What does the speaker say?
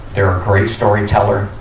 they're a great storyteller.